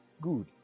Good